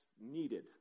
needed